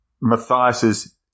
Matthias's